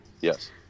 Yes